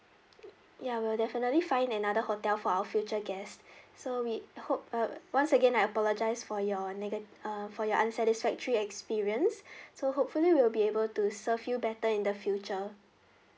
ya we will definitely find another hotel for our future guest so we hope uh once again I apologize for your negat~ uh for your unsatisfactory experience so hopefully we'll be able to serve you better in the future